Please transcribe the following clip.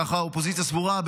ככה האופוזיציה סבורה,